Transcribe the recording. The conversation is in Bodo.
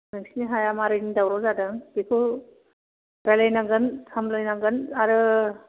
नोंसोरनि हाया माब्रैनि दावराव जादों बेखौ रालायनांगोन सामलायनांगोन आरो